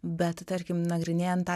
bet tarkim nagrinėjant tą